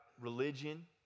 religion